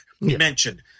mentioned